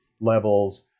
levels